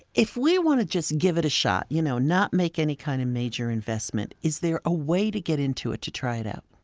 if we want to just give it a shot you know not make any kind of major investment is there a way to get into it to try it out?